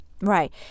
Right